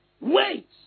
wait